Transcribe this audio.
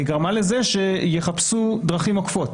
היא גרמה לזה שיחפשו דרכים עוקפות.